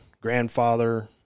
grandfather